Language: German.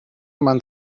man